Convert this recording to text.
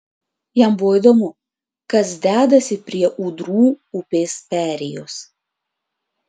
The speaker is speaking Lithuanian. jam buvo įdomu kas dedasi prie ūdrų upės perėjos